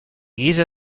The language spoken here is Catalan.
guisa